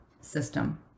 system